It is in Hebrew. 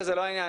זה לא העניין.